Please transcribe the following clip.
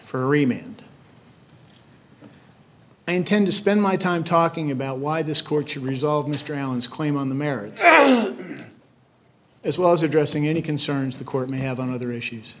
for email and i intend to spend my time talking about why this court to resolve mr allen's claim on the merits as well as addressing any concerns the court may have on other issues